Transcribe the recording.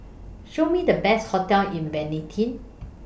Show Me The Best hotels in Vientiane